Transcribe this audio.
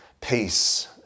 peace